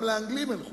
גם לאנגלים אין חוקה,